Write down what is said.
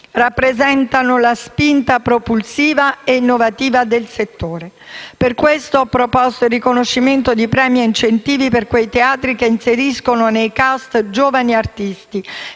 rappresentano comunque la spinta propulsiva e innovativa del settore. Per questo ho proposto il riconoscimento di premi e incentivi per quei teatri che inseriscono nei loro *cast* giovani artisti